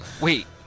Wait